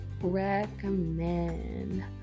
recommend